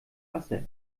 wasser